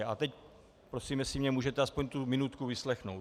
A teď prosím, jestli mě můžete aspoň tu minutku vyslechnout.